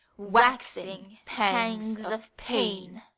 waxing pangs of pain.